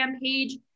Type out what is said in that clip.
page